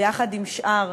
ביחד עם שאר